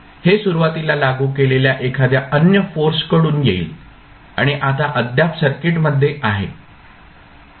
हे सुरुवातीला लागू केलेल्या एखाद्या अन्य सोर्स कडून येईल आणि आता अद्याप सर्किटमध्ये आहे